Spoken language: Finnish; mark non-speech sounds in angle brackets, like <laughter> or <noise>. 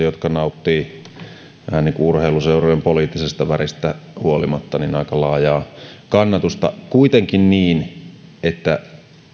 <unintelligible> jotka nauttivat vähän niin kuin urheiluseurat poliittisista väreistä huolimatta aika laajaa kannatusta kuitenkin niin että